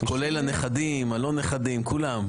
כולל הנכדים, הלא נכדים, כולם.